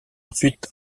ensuite